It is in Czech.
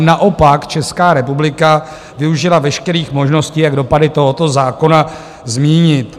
Naopak Česká republika využila veškerých možností, jak dopady tohoto zákona zmírnit.